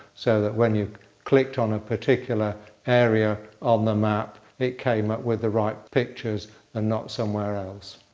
so that when you clicked on a particular area on the map, it came up with the right pictures and not somewhere else.